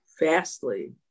vastly